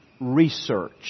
research